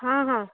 हाँ हाँ